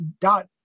dot